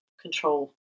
control